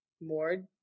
more